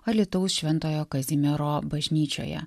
alytaus šventojo kazimiero bažnyčioje